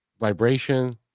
vibration